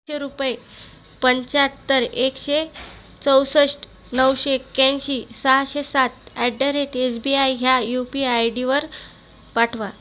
रुपये पंचाहत्तर एकशे चौसष्ट नऊशे एक्क्याऐंशी सहाशे सात at the rate S B I ह्या यू पी आय आयडीवर पाठवा